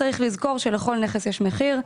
צריך לזכור שלכל נכס יש מחיר,